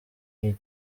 iyi